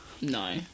No